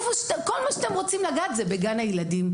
כל מה שאתם רוצים לגעת זה בגן הילדים.